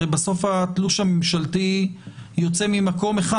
הרי בסוף התלוש הממשלתי יוצא ממקום אחד.